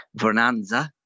Vernanza